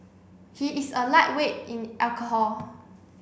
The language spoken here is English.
he is a lightweight in alcohol